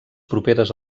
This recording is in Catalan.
properes